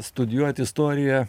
studijuot istoriją